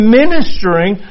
ministering